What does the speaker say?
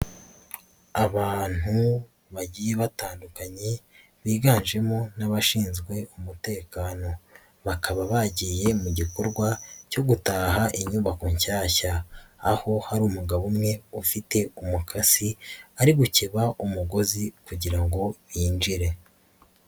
Abantu bagiye batandukanye biganjemo n'abashinzwe umutekano bakaba bagiye mu gikorwa cyo gutaha inyubako nshyashya, aho hari umugabo umwe ufite umukasi ari gukeba umugozi kugira ngo yinjire.